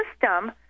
system